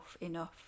enough